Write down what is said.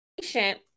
Patient